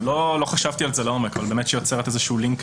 לא חשבתי על זה לעומק אבל אפשרות שבאמת יוצרת איזשהו לינקג'